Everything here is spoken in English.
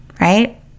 right